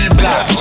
block